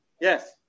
yes